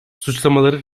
suçlamaları